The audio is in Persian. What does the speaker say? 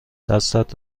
دستت